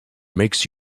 makes